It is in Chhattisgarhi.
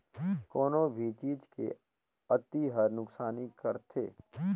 कोनो भी चीज के अती हर नुकसानी करथे